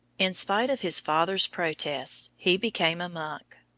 in spite of his father's protests he became a monk.